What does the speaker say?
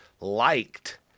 liked